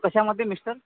कशामध्ये मिश्टर